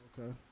Okay